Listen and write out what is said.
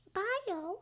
bio